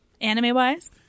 Anime-wise